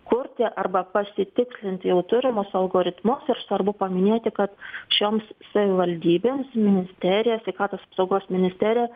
kurti arba pasitikslinti jau turimus algoritmus ir svarbu paminėti kad šioms savivaldybėms ministerija sveikatos apsaugos ministerija